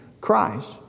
Christ